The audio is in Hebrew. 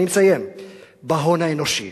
בהון האנושי.